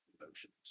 emotions